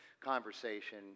conversation